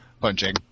Punching